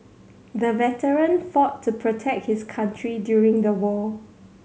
the veteran fought to protect his country during the war